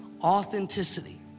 authenticity